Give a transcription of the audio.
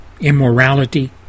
Immorality